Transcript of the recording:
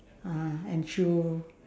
ah and shoe